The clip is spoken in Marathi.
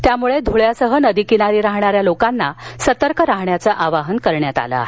यामुळे धुळ्यासह नदी किनारी राहणाऱ्या लोकांना सतर्क राहण्याचं आवाहन करण्यात आलं आहे